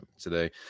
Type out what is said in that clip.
today